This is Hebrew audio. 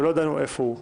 ולא ידענו איפה הוא.